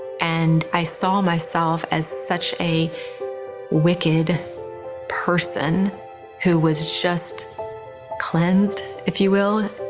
and i saw myself as such a wicked person who was just cleansed, if you will.